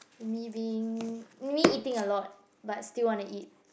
me being me eating a lot but still want to eat